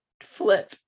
flip